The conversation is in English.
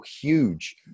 huge